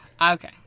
Okay